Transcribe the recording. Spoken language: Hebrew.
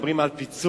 מדברים על פיצוי,